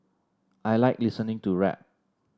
I like listening to rap